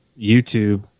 YouTube